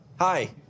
Hi